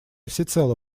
всецело